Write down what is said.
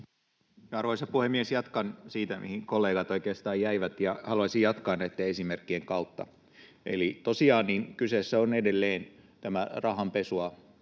Arvoisa puhemies! Jatkan siitä, mihin kollegat oikeastaan jäivät, ja haluaisin jatkaa näitten esimerkkien kautta. Eli tosiaan kyseessä on edelleen rahanpesua